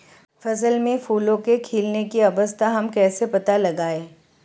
फसल में फूलों के खिलने की अवस्था का हम कैसे पता लगाएं?